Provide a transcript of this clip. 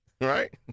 right